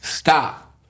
stop